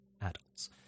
adults